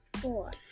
Four